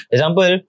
Example